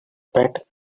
bet